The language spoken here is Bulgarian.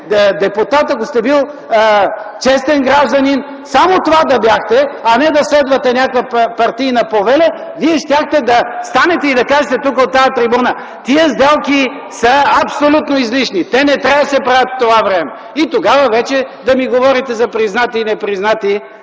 депутат, ако сте бил честен гражданин. Само това да бяхте, а не да следвате някаква партийна повеля, Вие щяхте да станете и да кажете тук от тази трибуна – тези сделки са абсолютно излишни, те не трябва да се правят в това време. И тогава вече да ми говорите за признати и непризнати